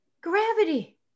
gravity